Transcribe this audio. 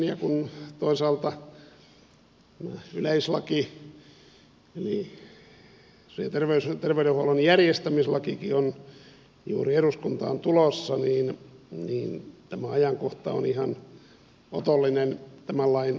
ja kun toisaalta yleislaki eli sosiaali ja terveydenhuollon järjestämislakikin on juuri eduskuntaan tulossa niin tämä ajankohta on ihan otollinen tämän lain hyväksymiselle